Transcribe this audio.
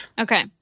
Okay